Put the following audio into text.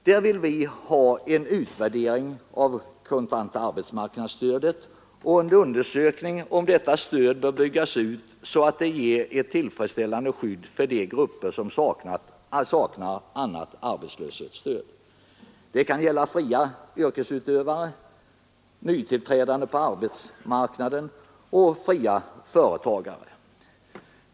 Där vill vi ha en utvärdering av det kontanta arbetsmarknadsstödet och en undersökning om hur detta stöd bör byggas ut så att det ger ett tillfredsställande skydd för de grupper som saknar annat arbetslöshetsskydd. Det kan gälla fria yrkesutövare, nytillträdande på arbetsmarknaden och fria företagare.